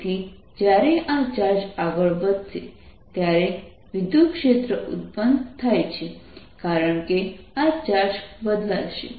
તેથી જ્યારે આ ચાર્જ આગળ વધશે ત્યારે વિદ્યુતક્ષેત્ર ઉત્પન્ન થાય છે કારણ કે આ ચાર્જ બદલાશે